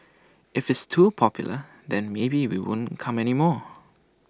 if it's too popular then maybe we won't come anymore